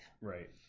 Right